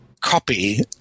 copy